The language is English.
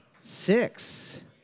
six